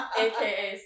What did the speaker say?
aka